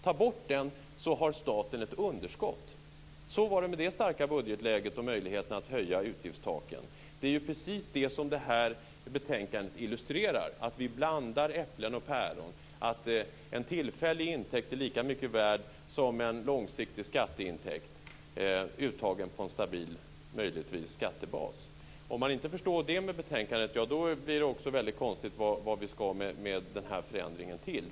Ta bort de pengarna och staten har ett underskott. Så var det med det starka budgetläget och möjligheterna att höja utgiftstaken. Det är precis det som betänkandet illustrerar. Vi blandar äpplen och päron. En tillfällig intäkt är lika mycket värd som en långsiktig skatteintäkt uttagen på en möjligtvis stabil skattebas. Om man inte förstår det med betänkandet blir det också väldigt konstigt vad vi ska med förändringen till.